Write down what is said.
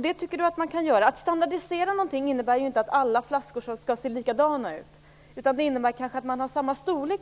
Det tycker Lennart Daléus att man kan göra. Att standardisera innebär inte att alla flaskor skall se likadana ut. Däremot innebär det kanske att de flesta flaskor har samma storlek.